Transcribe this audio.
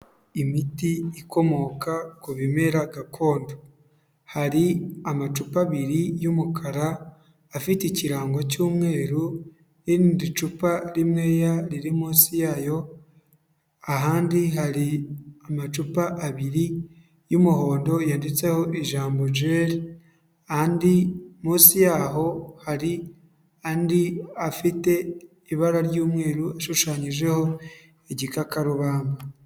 Imiti ikomoka ku bimera gakondo. Hari amacupa abiri y'umukara, afite ikirango cy'umweru n'irindi cupa rimweya riri munsi yayo, ahandi hari amacupa abiri y'umuhondo, yanditseho ijambo jel, andi munsi yaho hari andi afite ibara ry'umweru ashushanyijeho igikakarubamba.